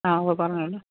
ആ ഓ പറഞ്ഞോളൂ